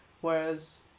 whereas